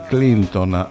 Clinton